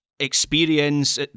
experience